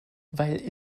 weil